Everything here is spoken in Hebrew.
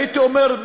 הייתי אומר,